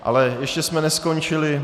Ale ještě jsme neskončili.